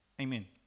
Amen